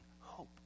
hope